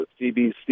CBC